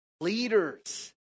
leaders